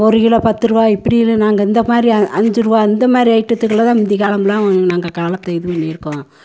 ஒரு கிலோ பத்துரூவா இப்படின்னு நாங்கள் இந்த மாரி அஞ் அஞ்சிரூவா இந்த மாரி ஐட்டத்துக்குள்ளேதான் முந்தி காலம்லாம் நாங்கள் காலத்தை இது பண்ணிருக்கோம்